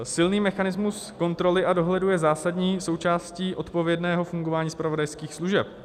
Silný mechanismus kontroly a dohledu je zásadní součástí odpovědného fungování zpravodajských služeb.